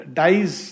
dies